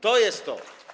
To jest to.